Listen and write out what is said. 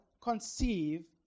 conceive